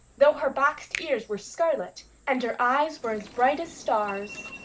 though her boxed ears were scarlet, and her eyes were as bright as stars.